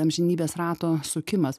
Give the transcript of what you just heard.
amžinybės rato sukimas